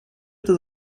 это